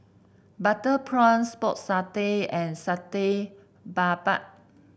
Butter Prawns Pork Satay and Satay Babat